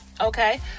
okay